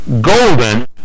golden